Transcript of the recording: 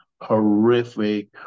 horrific